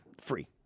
free